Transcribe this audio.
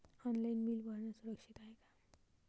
Online bill भरनं सुरक्षित हाय का?